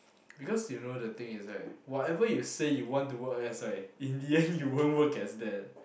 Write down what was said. because you know the thing is right whatever you say you want to work as right in the end you won't work as that